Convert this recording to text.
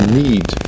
need